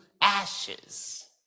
ashes